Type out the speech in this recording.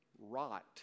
Rot